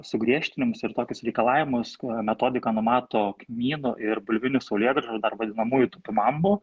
sugriežtinimus ir tokius reikalavimus metodika numato kmynų ir bulvinių saulėgrąžų dar vadinamųjų topinambų